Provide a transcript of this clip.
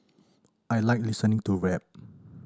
I like listening to rap